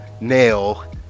nail